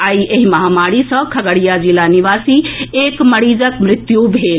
आई इस महामारी सँ खगड़िया जिला निवासी एक मरीजक मृत्यु भऽ गेल